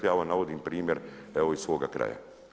Ja ovo navodim primjer evo iz svoga kraja.